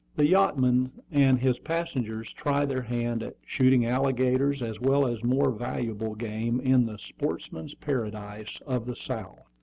the yachtmen and his passengers try their hand at shooting alligators as well as more valuable game in the sportsman's paradise of the south,